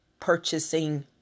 purchasing